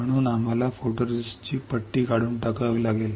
म्हणून आम्हाला फोटोरेस्टिस्टची पट्टी काढून टाकावी लागेल